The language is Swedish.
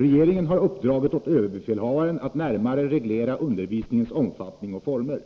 Regeringen har uppdragit åt överbefälhavaren att närmare reglera undervisningens omfattning och former.